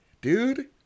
dude